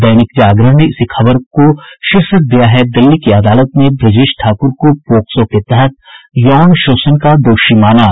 दैनिक जागरण ने इसी खबर को शीर्षक दिया है दिल्ली की अदालत ने ब्रजेश ठाकुर को पॉक्सो के तहत यौन शोषण का दोषी माना